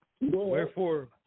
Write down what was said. Wherefore